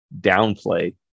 downplay